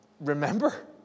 remember